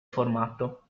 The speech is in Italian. formato